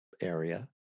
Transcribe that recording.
area